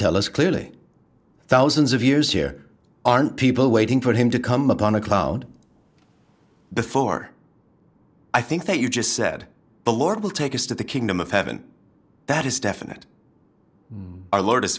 tell us clearly thousands of years here aren't people waiting for him to come upon a cloud before i think that you just said the lord will take us to the kingdom of heaven that is definite our lord